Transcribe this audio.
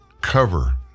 cover